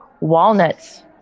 walnuts